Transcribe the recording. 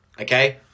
Okay